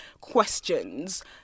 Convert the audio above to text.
questions